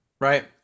right